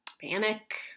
panic